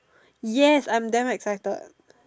yes I'm damn excited